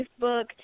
Facebook